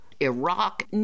Iraq